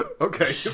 okay